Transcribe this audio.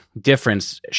difference